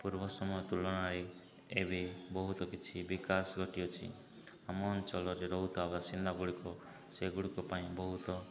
ପୂର୍ବ ସମୟ ତୁଳନାରେ ଏବେ ବହୁତ କିଛି ବିକାଶ ଘଟିଅଛି ଆମ ଅଞ୍ଚଳରେ ରହୁଥିବା ବାସିନ୍ଦା ଗୁଡ଼ିକ ସେଗୁଡ଼ିକ ପାଇଁ ବହୁତ